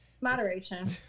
moderation